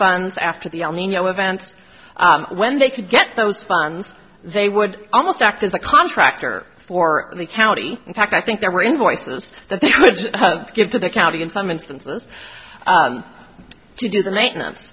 funds after the el nino events when they could get those funds they would almost act as a contractor for the county in fact i think there were invoices that they could give to the county in some instances to do the maintenance